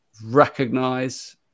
recognize